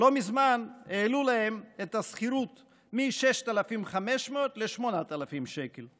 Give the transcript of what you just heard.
לא מזמן העלו להם את השכירות מ-6,500 ל-8,000 שקל.